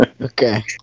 Okay